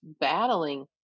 battling